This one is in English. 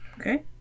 Okay